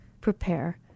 prepare